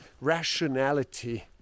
rationality